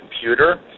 computer